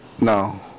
No